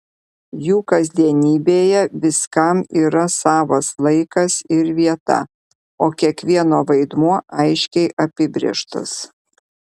jų kasdienybėje viskam yra savas laikas ir vieta o kiekvieno vaidmuo aiškiai apibrėžtas